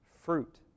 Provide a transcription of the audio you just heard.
fruit